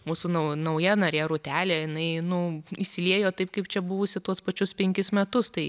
mūsų nau nauja narė rūtelė jinai nu įsiliejo taip kaip čia buvusi tuos pačius penkis metus tai